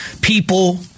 people –